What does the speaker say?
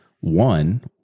One